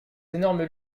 énormes